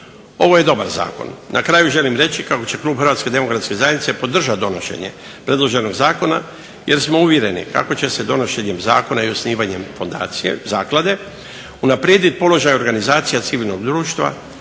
Ovo je dobar Zakon i na kraju želim reći kako će Klub Hrvatske demokratske zajednice podržati donošenje predloženog zakona jer smo uvjereni kako će se donošenje predloženog zakona jer smo uvjereni kako će